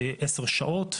עשר שעות.